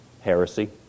Heresy